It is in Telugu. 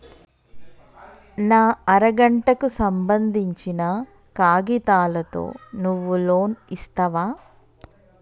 నా అర గంటకు సంబందించిన కాగితాలతో నువ్వు లోన్ ఇస్తవా?